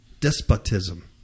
despotism